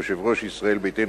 יושב-ראש סיעת ישראל ביתנו,